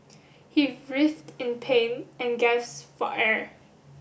he writhed in pain and gasped for air